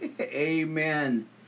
Amen